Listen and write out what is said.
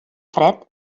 fred